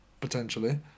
potentially